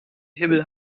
himmel